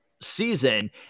season